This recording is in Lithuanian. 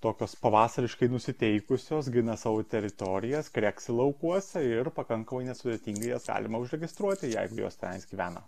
tokios pavasariškai nusiteikusios gina savo teritorijas kreksi laukuose ir pakankamai nesudėtingai jas galima užregistruoti jeigu jos tenais gyvena